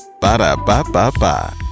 Ba-da-ba-ba-ba